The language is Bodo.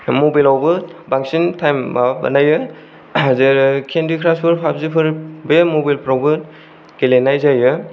मबाइलावबो बांसिन टाइम माबा बानायो जे खेन्डि क्रश फोर पाबजि फोर बे मबाइल फ्रावबो गेलेनाय जायो